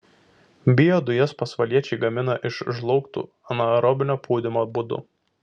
biodujas pasvaliečiai gamina iš žlaugtų anaerobinio pūdymo būdu